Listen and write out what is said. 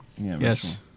Yes